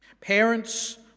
Parents